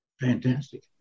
Fantastic